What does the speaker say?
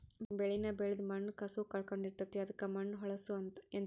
ಬೆಳಿನ ಬೆಳದ ಮಣ್ಣ ಕಸುವ ಕಳಕೊಳಡಿರತತಿ ಅದಕ್ಕ ಮಣ್ಣ ಹೊಳ್ಳಸು ಯಂತ್ರ